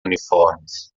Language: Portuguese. uniformes